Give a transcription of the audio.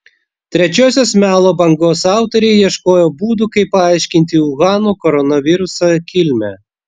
trečiosios melo bangos autoriai ieškojo būdų kaip paaiškinti uhano koronaviruso kilmę